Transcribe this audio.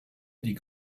die